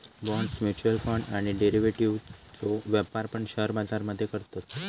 bonds, mutual fund आणि डेरिव्हेटिव्ह्जचो व्यापार पण शेअर बाजार मध्ये करतत